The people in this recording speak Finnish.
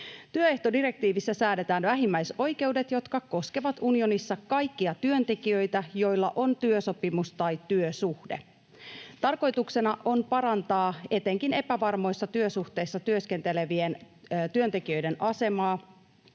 Työehtodirektiivissä säädetään vähimmäisoikeudet, jotka koskevat unionissa kaikkia työntekijöitä, joilla on työsopimus tai työsuhde. Tarkoituksena on parantaa etenkin epävarmoissa työsuhteissa työskentelevien työntekijöiden asemaa